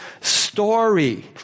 story